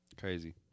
Crazy